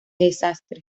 desastre